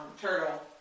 Turtle